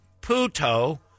puto